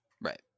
Right